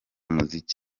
muzika